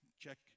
check